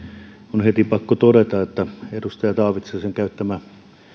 on heti pakko todeta että edustaja taavitsaisen käyttämän